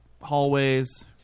hallways